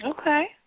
Okay